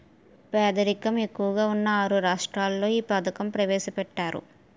పేదరికం ఎక్కువగా ఉన్న ఆరు రాష్ట్రాల్లో ఈ పథకం ప్రవేశపెట్టారు